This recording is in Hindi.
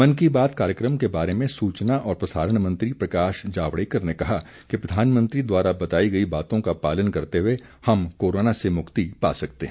मन की बात कार्यक्रम के बारे में सूचना और प्रसारण मंत्री प्रकाश जावडेकर ने कहा कि प्रधानमंत्री द्वारा बताई गई बातों का पालन करते हुए हम कोरोना से मुक्ति पा सकते हैं